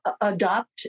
adopt